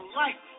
life